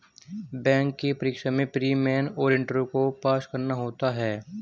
bank की परीक्षा में प्री, मेन और इंटरव्यू को पास करना होता है